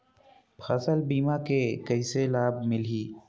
फसल बीमा के कइसे लाभ मिलही?